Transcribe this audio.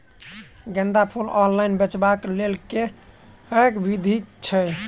गेंदा फूल ऑनलाइन बेचबाक केँ लेल केँ विधि छैय?